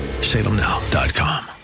Salemnow.com